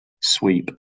sweep